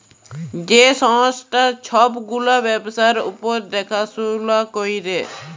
যে সংস্থা ছব গুলা ব্যবসার উপর দ্যাখাশুলা ক্যরে